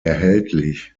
erhältlich